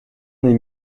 n’est